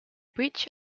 breach